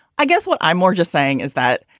i guess what i'm more just saying is that